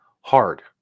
hard